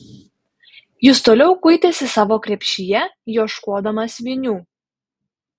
jis toliau kuitėsi savo krepšyje ieškodamas vinių